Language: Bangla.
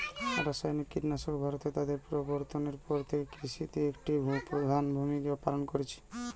রাসায়নিক কীটনাশক ভারতে তাদের প্রবর্তনের পর থেকে কৃষিতে একটি প্রধান ভূমিকা পালন করেছে